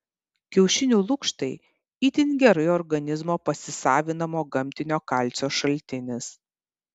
kiaušinių lukštai itin gerai organizmo pasisavinamo gamtinio kalcio šaltinis